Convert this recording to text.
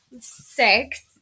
six